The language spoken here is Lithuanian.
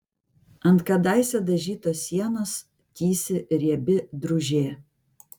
ant kadaise dažytos sienos tįsi riebi drūžė